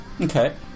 Okay